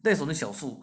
that's only 小数